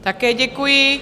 Také děkuji.